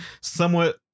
somewhat